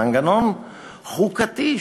מנגנון חוקתי,